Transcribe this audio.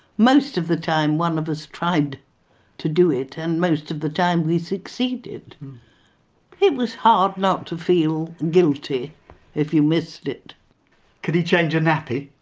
most of the time one of us tried to do it and most of the time we succeeded but it was hard not to feel guilty if you missed it could he change a nappy?